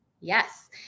Yes